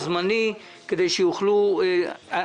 הבירוקרטיה שמעה --- מרגי,